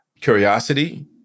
curiosity